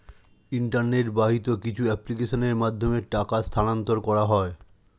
internet বাহিত কিছু অ্যাপ্লিকেশনের মাধ্যমে টাকা স্থানান্তর করা হয়